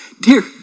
Dear